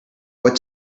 what